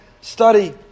study